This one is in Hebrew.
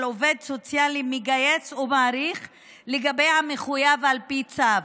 עובד סוציאלי מגייס ומעריך לגבי המחויב על פי צו.